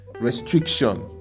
Restriction